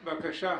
בבקשה.